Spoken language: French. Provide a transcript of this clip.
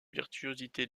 virtuosité